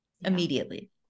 immediately